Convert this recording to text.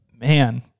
man